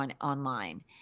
online